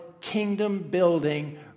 kingdom-building